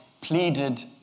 pleaded